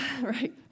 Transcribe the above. Right